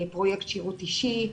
פרויקט שירות אישי.